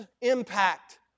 impact